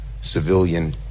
civilian